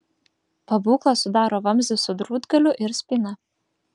pabūklą sudaro vamzdis su drūtgaliu ir spyna